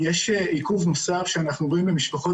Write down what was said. יש עיכוב נוסף שאנחנו רואים במשפחות